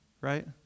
right